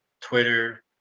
Twitter